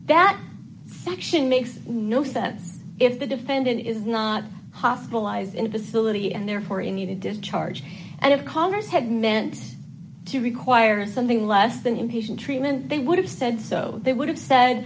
that section makes no sense if the defendant is not hospitalized in a facility and therefore in need to discharge and if congress had meant to require something less than inpatient treatment they would have said so they would have said